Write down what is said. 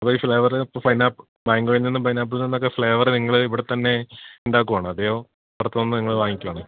അപ്പോഴീ flavour പൈനാ മാങ്കോയിൽ നിന്നും പൈനാപ്പിൾ നിന്നൊക്കെ ഫ്ലേവറ് നിങ്ങള് ഇവിടെത്തന്നെ ഇണ്ടാക്കുവാണോ അത്യോ പുറത്തു നിന്നും നിങ്ങള് വാങ്ങിക്കുവാണോ